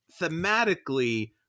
thematically